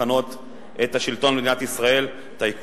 היה יותר נכון לכנות את השלטון במדינת ישראל "טייקונוקרטיה".